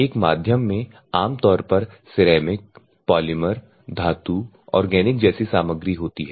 एक माध्यम में आमतौर पर सिरेमिक पॉलिमर धातु ऑर्गेनिक जैसी सामग्री होती हैं